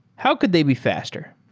how could they be faster?